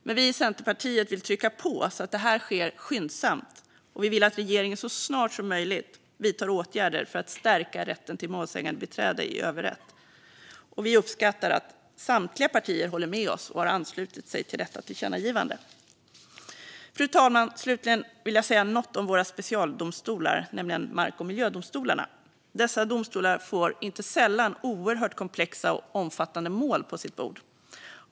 Men vi i Centerpartiet vill trycka på så att detta sker skyndsamt, och vi vill att regeringen så snart som möjligt vidtar åtgärder för att stärka rätten till målsägandebiträde i överrätt. Vi uppskattar att samtliga partier håller med oss och har anslutit sig till detta tillkännagivande. Fru talman! Slutligen vill jag säga något om våra specialdomstolar, nämligen mark och miljödomstolarna. Dessa domstolar får inte sällan oerhört komplexa och omfattande mål på sitt bord.